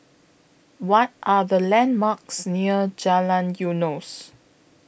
What Are The landmarks near Jalan Eunos